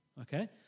okay